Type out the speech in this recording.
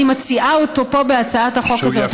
אני מציעה אותו פה בהצעת החוק הזאת,